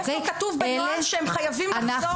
איפה כתוב בנוהל שהם חייבים לחזור לפרונטלי?